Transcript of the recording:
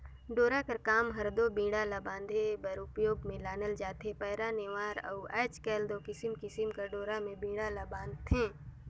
डोरा कर काम हर दो बीड़ा ला बांधे बर उपियोग मे लानल जाथे पैरा, नेवार अउ आएज काएल दो किसिम किसिम कर डोरा मे बीड़ा ल बांधथे